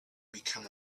become